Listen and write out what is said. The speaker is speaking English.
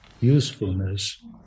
usefulness